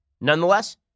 Nonetheless